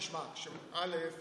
תשמע, א.